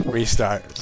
Restart